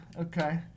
Okay